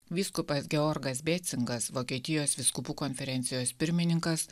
vyskupas georgas becingas vokietijos vyskupų konferencijos pirmininkas